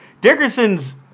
Dickerson's